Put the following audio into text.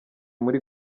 muli